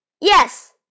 Yes